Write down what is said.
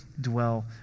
dwell